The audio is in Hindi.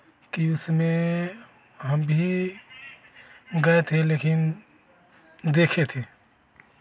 कि उसमें हम भी गए थे लेकिन देखे थे